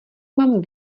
mám